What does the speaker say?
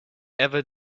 ever